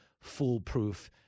foolproof